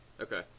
Okay